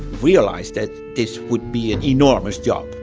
realized that this would be an enormous job,